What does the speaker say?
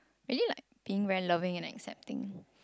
imagine like being very loving and accepting